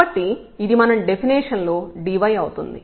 కాబట్టి ఇది మన డెఫినిషన్ లో dy అవుతుంది